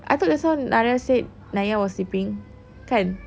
I thought just now narya said nanya was sleeping kan